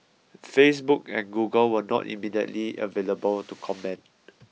Facebook and Google were not immediately available to comment